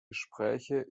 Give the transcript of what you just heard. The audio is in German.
gespräche